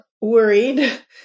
worried